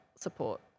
support